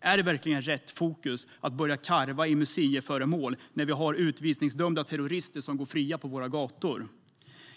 Är det verkligen rätt fokus att börja karva i museiföremål när vi har utvisningsdömda terrorister som går fria på våra gator?